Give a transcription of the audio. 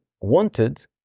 wanted